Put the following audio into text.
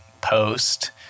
post